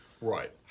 Right